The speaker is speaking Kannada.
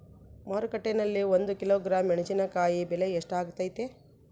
ಮಾರುಕಟ್ಟೆನಲ್ಲಿ ಒಂದು ಕಿಲೋಗ್ರಾಂ ಮೆಣಸಿನಕಾಯಿ ಬೆಲೆ ಎಷ್ಟಾಗೈತೆ?